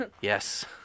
Yes